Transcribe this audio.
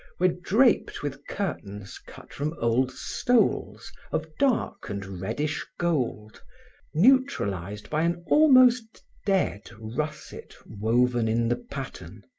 were draped with curtains cut from old stoles of dark and reddish gold neutralized by an almost dead russet woven in the pattern.